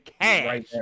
cash